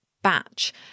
batch